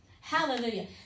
Hallelujah